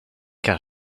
car